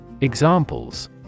Examples